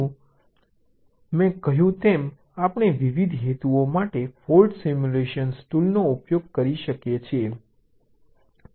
તેથી મેં કહ્યું તેમ આપણે વિવિધ હેતુઓ માટે ફોલ્ટ સિમ્યુલેશન ટૂલનો ઉપયોગ કરી શકીએ છીએ